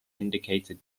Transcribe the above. indicated